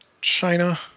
China